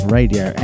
Radio